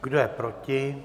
Kdo je proti?